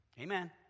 Amen